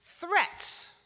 threats